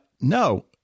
no